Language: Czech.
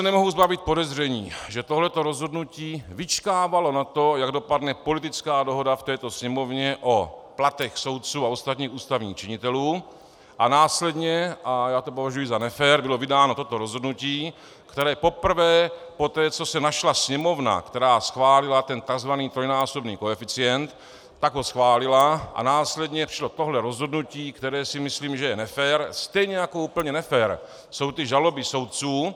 Nemohu se zbavit podezření, že tohle to rozhodnutí vyčkávalo na to, jak dopadne politická dohoda v této Sněmovně o platech soudců a ostatních ústavních činitelů, a následně a já to považuji za nefér bylo vydáno toto rozhodnutí, které poprvé poté, co se našla Sněmovna, která schválila ten tzv. trojnásobný koeficient, tak ho schválila a následně šlo tohle rozhodnutí, o kterém si myslím, že je nefér, stejně jako nefér jsou ty žaloby soudců.